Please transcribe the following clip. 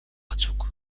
batzuk